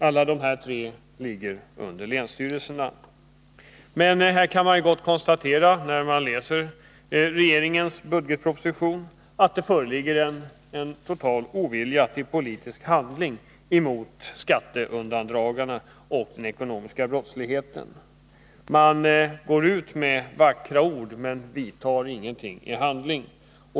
Både myndigheterna och mervärdeskattekontrollen ligger under länsstyrelserna. Men när man läser regeringens budgetproposition kan man konstatera att det föreligger en total ovilja till politisk handling mot skatteundandragarna och den ekonomiska brottsligheten. Man går ut med vackra ord men gör ingenting i handling.